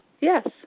Yes